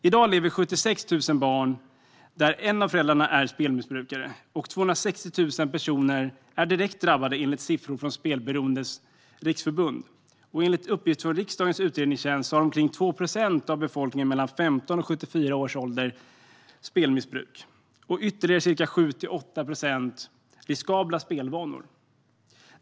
I dag lever 76 000 barn i en familj där en av föräldrarna är spelmissbrukare, och 260 000 personer är direkt drabbade, enligt siffror från Spelberoendes riksförbund. Enligt uppgifter från riksdagens utredningstjänst lider omkring 2 procent av befolkningen i åldern 15-74 år av spelmissbruk, och ytterligare ca 7-8 procent har riskabla spelvanor.